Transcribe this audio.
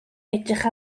edrych